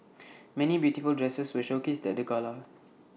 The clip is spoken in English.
many beautiful dresses were showcased at the gala